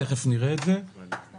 בנוסף לכך,